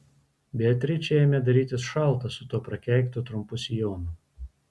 beatričei ėmė darytis šalta su tuo prakeiktu trumpu sijonu